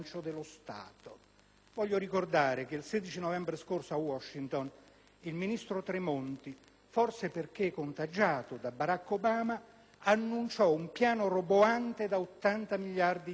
Voglio ricordare che il 16 novembre scorso a Washington, il ministro Tremonti, forse contagiato da Barack Obama, annunciò un piano roboante da 80 miliardi di euro.